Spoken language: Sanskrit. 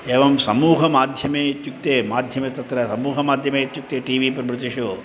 एवं समूहमाध्यमे इत्युक्ते माध्यमे तत्र समूहमाध्यमे इत्युक्ते टि वि प्रभृतिषु